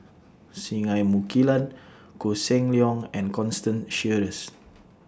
Singai Mukilan Koh Seng Leong and Constance Sheares